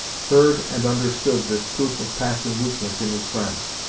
heard and understood this proof of passing weakness in his friend,